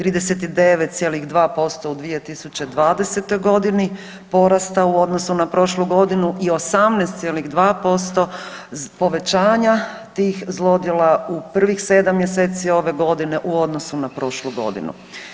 39,2% u 2020. g. porasta u odnosu na prošlu godinu i 18,2% povećanja tih zlodjela u prvih 7 mjeseci ove godine u odnosu na prošlu godinu.